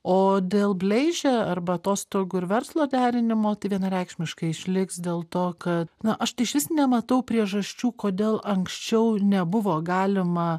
o dėl bleiže arba atostogų ir verslo derinimo tai vienareikšmiškai išliks dėl to kad na aš tai išvis nematau priežasčių kodėl anksčiau nebuvo galima